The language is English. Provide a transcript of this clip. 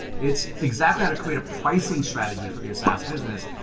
it's exactly how to create a pricing strategy for your sas business.